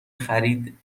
خرید